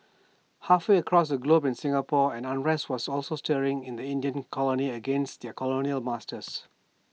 halfway across the globe in Singapore an unrest was also stirring in the Indian colony against their colonial masters